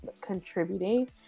contributing